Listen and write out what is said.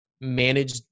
manage